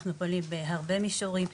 אנחנו פועלים בהרבה מישורים,